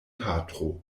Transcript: patro